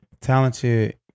talented